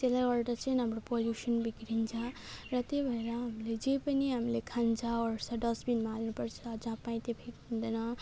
त्यसले गर्दा चाहिँ हाम्रो पल्युसन बिग्रिन्छ र त्यो भएर हामीले जे पनि हामीले खान्छ ओर्छ डस्टबिनमा हाल्नु पर्छ जहाँ पाए त्यहीँ फ्याक्नु हुँदैन